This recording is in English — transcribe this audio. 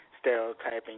Stereotyping